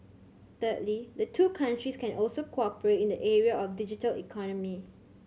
thirdly the two countries can also cooperate in the area of digital economy